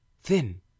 thin